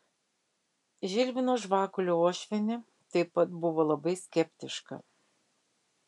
žilvino žvagulio uošvienė taip pat buvo labai skeptiška